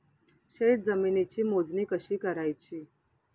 शेत जमिनीची मोजणी कशी करायची?